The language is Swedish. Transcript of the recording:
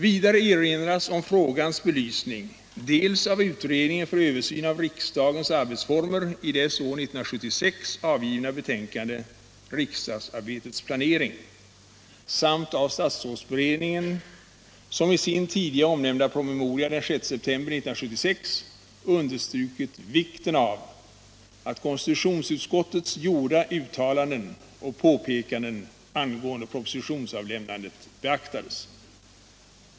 Vidare erinras om frågans belysning dels genom utredningen av riksdagens arbetsformer i dess år 1976 avgivna betänkande Riksdagsarbetets planering, dels av statsrådsberedningen som i sin tidigare omnämnda promemoria den 6 september 1976 understrukit vikten av att konstitutionsutskottets gjorda uttalanden och påpekanden angående propositionsavlämnandet beaktades.